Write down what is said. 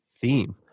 theme